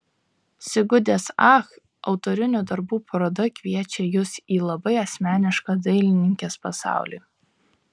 sigutės ach autorinių darbų paroda kviečia jus į labai asmenišką dailininkės pasaulį